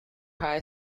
high